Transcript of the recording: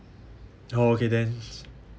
okay then